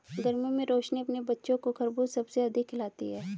गर्मियों में रोशनी अपने बच्चों को खरबूज सबसे अधिक खिलाती हैं